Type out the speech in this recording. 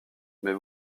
mais